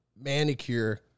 manicure